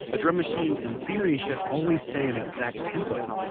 a drum machine in theory should always stay in exact tempo.